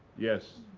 yes.